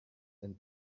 and